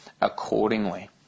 accordingly